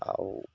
ଆଉ